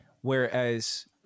whereas